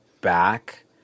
back